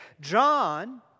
John